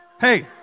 Hey